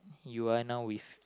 you are now with